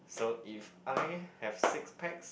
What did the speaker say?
so if I have six packs